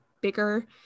bigger